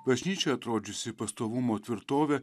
bažnyčia atrodžiusi pastovumo tvirtove